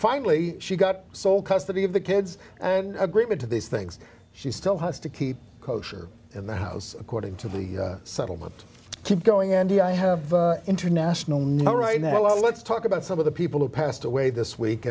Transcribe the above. finally she got sole custody of the kids and agreement to these things she still has to keep kosher in the house according to the settlement keep going and you know i have international no right now let's talk about some of the people who passed away this week